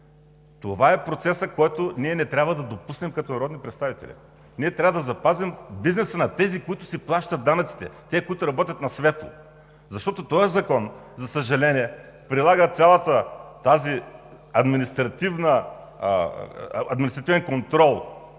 Това е процес, който не трябва да допуснем като народни представители. Ние трябва да запазим бизнеса на тези, които си плащат данъците, на тези, които работят на светло. Защото този закон, за съжаление, прилага целия административен контрол